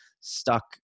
stuck